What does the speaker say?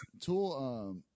Tool